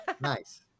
nice